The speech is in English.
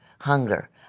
hunger